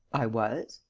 i was.